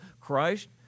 Christ